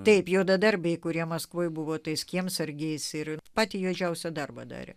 taip juodadarbiai kurie maskvoje buvo tais kiemsargiais ir patį juodžiausią darbą darė